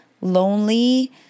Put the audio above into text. lonely